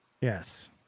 Yes